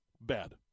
bad